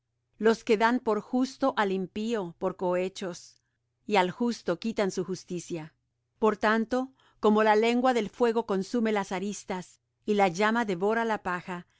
los que dan por justo al impío por cohechos y al justo quitan su justicia por tanto como la lengua del fuego consume las aristas y la llama devora la paja